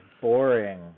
boring